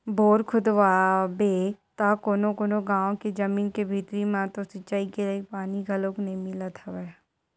bore खोदवाबे त कोनो कोनो गाँव के जमीन के भीतरी म तो सिचई के लईक पानी घलोक नइ मिलत हवय